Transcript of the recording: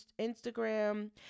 Instagram